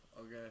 Okay